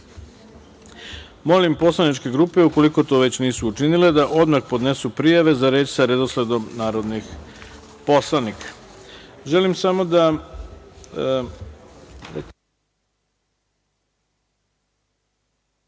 grupe. Molim poslaničke grupe, ukoliko to već nisu učinile, da odmah podnesu prijave za reč sa redosledom narodnih poslanika. Saglasno članu